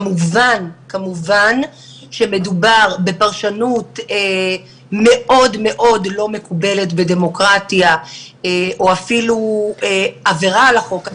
כמובן שמדובר בפרשנות מאוד לא מקובלת בדמוקרטיה או אפילו עבירה על החוק,